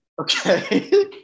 Okay